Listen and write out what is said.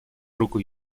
руку